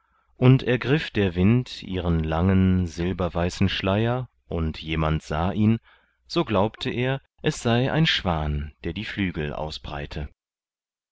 und ergriff der wind ihren langen silberweißen schleier und jemand sah ihn so glaubte er es sei ein schwan der die flügel ausbreite